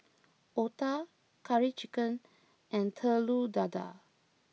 Otah Curry Chicken and Telur Dadah